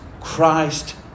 Christ